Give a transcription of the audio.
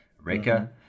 reka